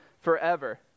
forever